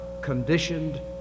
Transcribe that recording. conditioned